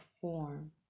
form